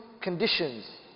conditions